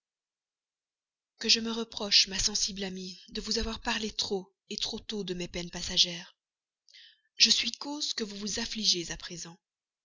que je me reproche ma sensible amie de vous avoir parlé trop trop tôt de mes peines passagères je suis cause que vous vous affligez à présent